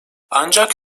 ancak